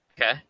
Okay